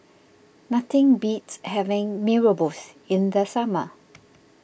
nothing beats having Mee Rebus in the summer